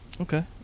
Okay